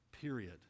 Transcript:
period